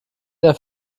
der